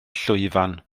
llwyfan